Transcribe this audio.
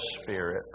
Spirit